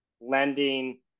lending